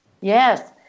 Yes